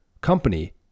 company